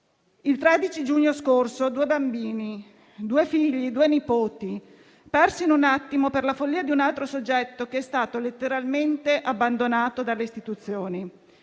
Il 13 giugno scorso due bambini, due figli, due nipoti, persi in un attimo per la follia di un altro soggetto, che è stato letteralmente abbandonato dalle istituzioni.